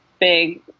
big